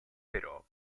però